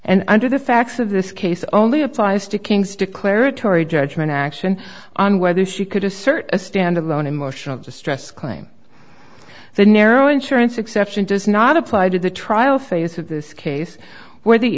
and under the facts of this case only applies to king's declaratory judgment action on whether she could assert a standalone emotional distress claim the narrow insurance exception does not apply to the trial phase of this case where the